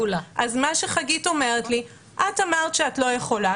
אז מה שחגית אומרת לי: את אמרת שאת לא יכולה,